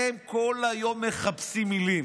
הם כל היום מחפשים מילים.